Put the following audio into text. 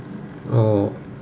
oh